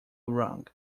wrong